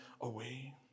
away